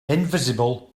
invisible